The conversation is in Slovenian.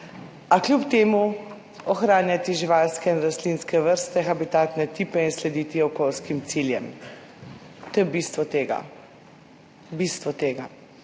a kljub temu ohranjati živalske in rastlinske vrste, habitatne tipe in slediti okoljskim ciljem. To je bistvo tega. Bistvo tega.